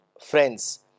friends